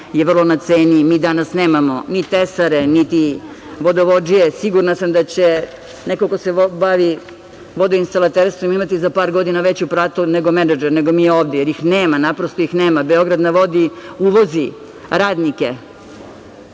je vrlo na ceni. Mi danas nemamo ni tesare niti vodovodžije. Sigurna sam da će neko ko se bavi vodoinstalaterstvom imati za par godina veću platu nego menadžer, nego mi ovde, jer ih nema, naprosto ih nema. Beograd na vodi uvozi radnike.